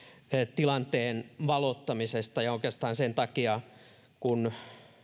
tilanteen valottamisesta ja oikeastaan sen takia kun